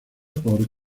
por